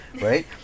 right